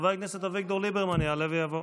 חבר הכנסת אביגדור ליברמן יעלה ויבוא.